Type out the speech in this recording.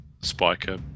spiker